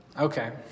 Okay